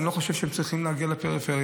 אני לא חושב שהן צריכות להגיע לפריפריה,